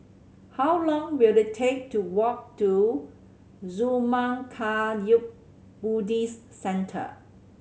how long will it take to walk to Zurmang Kagyud Buddhist Centre